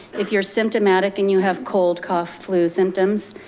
if you're symptomatic and you have cold cough flu symptoms,